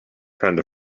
friend